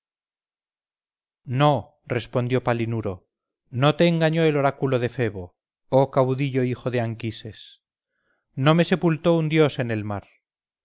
no respondió palinuro no te engañó el oráculo de febo oh caudillo hijo de anquises no me sepultó un dios en el mar